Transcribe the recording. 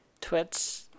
Twitch